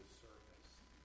service